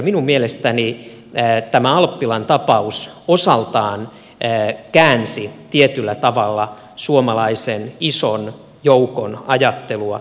minun mielestäni tämä alppilan tapaus osaltaan käänsi tietyllä tavalla suomalaisen ison joukon ajattelua